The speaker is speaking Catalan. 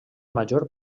major